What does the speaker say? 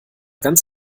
ganz